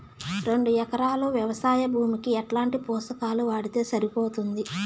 రెండు ఎకరాలు వ్వవసాయ భూమికి ఎట్లాంటి పోషకాలు వాడితే సరిపోతుంది?